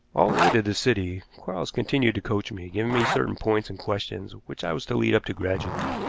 all the way to the city quarles continued to coach me, giving me certain points and questions which i was to lead up to gradually.